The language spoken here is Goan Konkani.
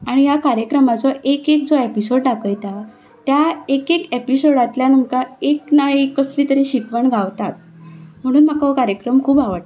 आनी ह्या कार्यक्रमाचो एक एक जो एपिसोड दाखयता त्या एक एक एपिसोडांतल्यान आमकां एक ना एक कसली तरी शिकवण गावताच म्हणून म्हाका हो कार्यक्रम खूब आवडटा